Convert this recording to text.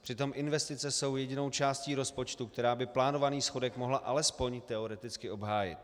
Přitom investice jsou jedinou částí rozpočtu, která by plánovaný schodek mohla alespoň teoreticky obhájit.